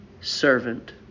servant